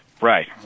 Right